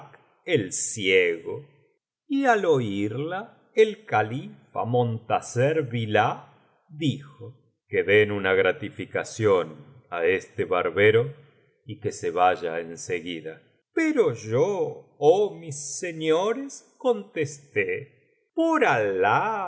el ciego y al oiría el califa montasser billah dijo que den una gratificación á este barbero y que se vaya en seguida pero yo oh mis señores contesté por alah